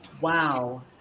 Wow